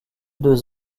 deux